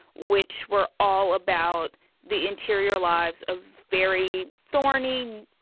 which were all about the interior lives of very thorny,